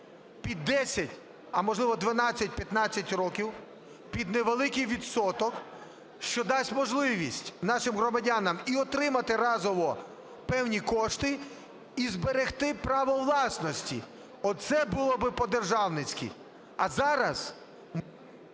під 10, а, можливо, 12, 15 років під невеликий відсоток, що дасть можливість нашим громадянам і отримати разово певні кошти і зберегти право власності. Оце було би по-державницьки. А зараз...